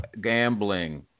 gambling